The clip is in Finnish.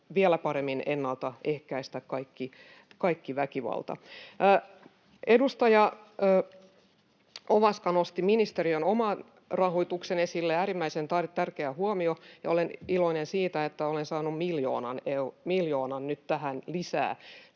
vielä paremmin ennaltaehkäisemään kaiken väkivallan. Edustaja Ovaska nosti ministeriön oman rahoituksen esille — äärimmäisen tärkeä huomio. Ja olen iloinen siitä, että olen saanut miljoonan nyt tähän lisää.